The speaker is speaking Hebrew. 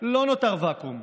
לא נותר ואקום,